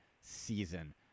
season